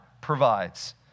provides